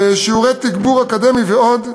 שיעורי תגבור אקדמי ועוד.